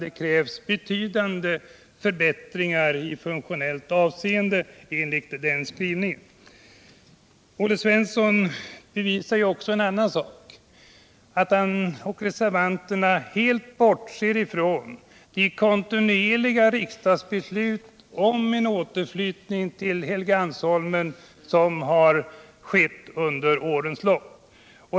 Det krävs betydande förbättringar i funktionellt avseende enligt den skrivningen. Olle Svensson bevisar också en annan sak: att han och reservanterna helt bortser från de kontinuerliga riksdagsbeslut som har fattats under årens lopp.